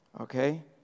Okay